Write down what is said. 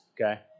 okay